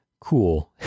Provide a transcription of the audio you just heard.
cool